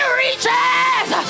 reaches